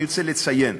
אני רוצה לציין: